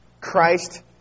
Christ